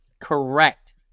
Correct